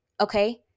Okay